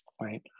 right